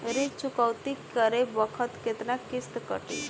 ऋण चुकौती करे बखत केतना किस्त कटी?